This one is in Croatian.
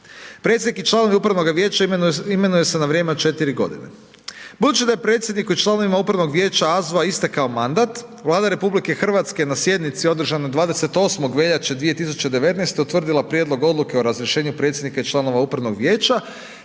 Predsjednik i članovi upravnoga vijeća imenuje se na vrijeme od 4 godine. Budući da je predsjedniku i članovima upravnog vijeća AZVO-a istekao mandat, Vlada RH na sjednici održanoj 28. veljače 2019. utvrdila prijedlog odluke o razrješenju predsjednika i članovima upravnog vijeća,